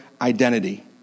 identity